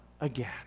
again